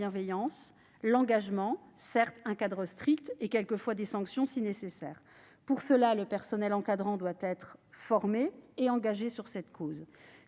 c'est vrai, un cadre strict et des sanctions si nécessaire. Pour cela, le personnel encadrant doit être formé et engagé sur cette cause.